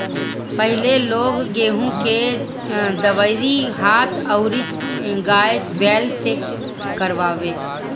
पहिले लोग गेंहू के दवरी हाथ अउरी गाय बैल से करवावे